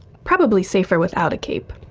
probably safer without a cape.